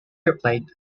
replied